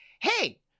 hey